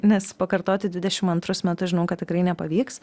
nes pakartoti dvidešim antrus metus žinau kad tikrai nepavyks